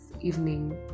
evening